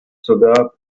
sogar